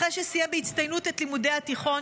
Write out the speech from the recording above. אחרי שסיים בהצטיינות את לימודי התיכון,